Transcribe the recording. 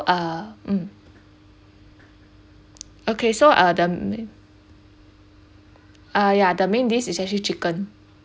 uh mm okay so uh the m~ ah ya the main dish is actually chicken